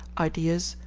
ideas,